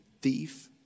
thief